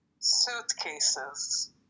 Suitcases